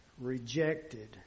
rejected